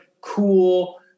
cool